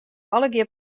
allegear